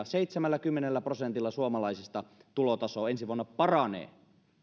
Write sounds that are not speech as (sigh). (unintelligible) seitsemälläkymmenellä prosentilla suomalaisista tulotaso ensi vuonna paranee